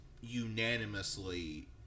unanimously